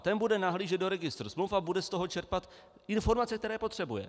Ten bude nahlížet do registru smluv a bude z toho čerpat informace, které potřebuje.